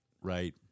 right